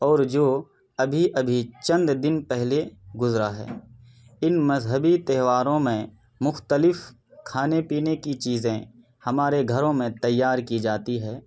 اور جو ابھی ابھی چند دن پہلے گزرا ہے ان مذہبی تیہواروں میں مختلف کھانے پینے کی چیزیں ہمارے گھروں میں تیار کی جاتی ییں